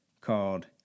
called